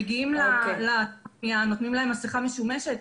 מגיעים לאתר הבנייה, נותנים להם מסכה משומשת,